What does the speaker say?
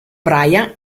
brian